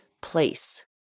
place